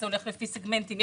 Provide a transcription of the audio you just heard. זה הולך לפי סגמנטים.